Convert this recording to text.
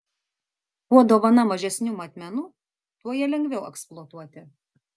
kuo dovana mažesnių matmenų tuo ją lengviau eksploatuoti